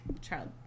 child